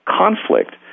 conflict